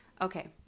okay